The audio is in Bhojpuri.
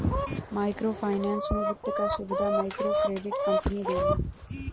माइक्रो फाइनेंस में वित्त क सुविधा मइक्रोक्रेडिट कम्पनी देलिन